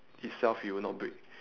itself it will not break